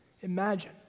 imagine